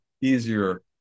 easier